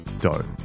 dough